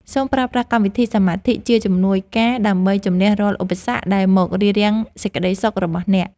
សូមប្រើប្រាស់កម្មវិធីសមាធិជាជំនួយការដើម្បីជម្នះរាល់ឧបសគ្គដែលមករារាំងសេចក្តីសុខរបស់អ្នក។